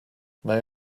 may